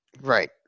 Right